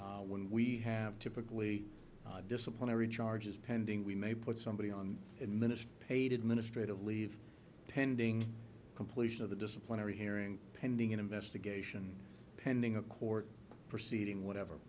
occasion when we have typically disciplinary charges pending we may put somebody on administer paid administrative leave pending completion of the disciplinary hearing pending an investigation pending a court proceeding whatever